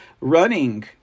running